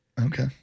okay